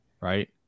right